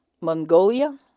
Mongolia